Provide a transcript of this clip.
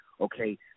okay